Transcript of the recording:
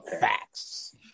Facts